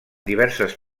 diverses